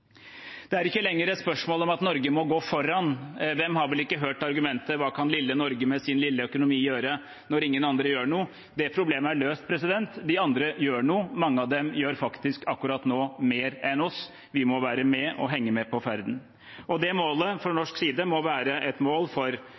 Det er ikke lenger et spørsmål om at Norge må gå foran. Hvem har vel ikke hørt argumentet: Hva kan lille Norge med sin lille økonomi gjøre, når ingen andre gjør noe? Det problemet er løst, de andre gjør noe – mange av dem gjør faktisk akkurat nå mer enn oss. Vi må være med og henge med på ferden, og det målet fra norsk side må være et mål for